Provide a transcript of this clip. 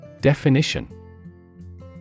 Definition